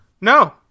No